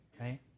right